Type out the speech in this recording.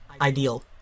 Ideal